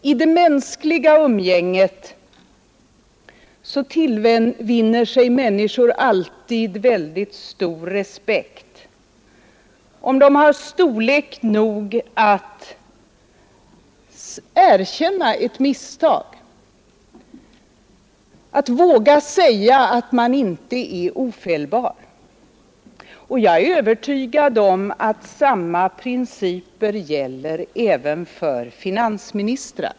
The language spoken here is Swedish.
I det mänskliga umgänget tillvinner sig människor alltid respekt om de har storlek nog att erkänna ett misstag, att våga säga att man inte är ofelbar, och jag är övertygad om att samma principer gäller även för finansministrar.